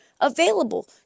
available